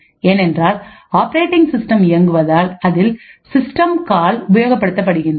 ஏனென்றால் operating system இயங்குவதால்அதில் system call உபயோகப்படுத்தப்படுகின்றது